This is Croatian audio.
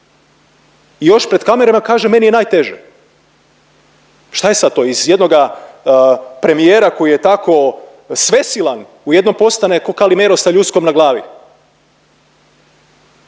I još pred kamerama kaže meni je najteže. Šta je sad to iz jednoga premijera koji je tako svesilan odjednom postane kao Kalimero sa ljuskom na glavi.